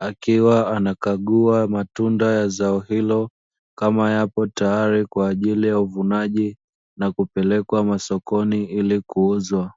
akiwa anakagua matunda ya zao hilo kama yapo tayari kwajili ya uvunaji na kupelekwa masokoni ili kuuzwa.